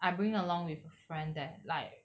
I bring along with a friend that like